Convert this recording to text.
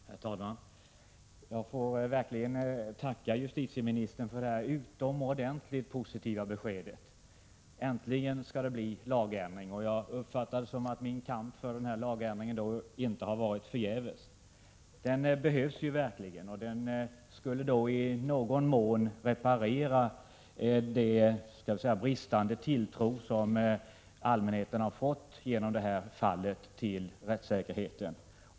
Herr talman! Jag får verkligen tacka justitieministern för detta utomordentligt positiva besked. Äntligen skall det bli lagändring. Jag uppfattar det som att min kamp för en lagändring inte har varit förgäves. Denna behövs verkligen. Den kan i någon mån reparera verkningarna av den bristande tilltro till rättssäkerheten som allmänheten fått genom det aktuella fallet.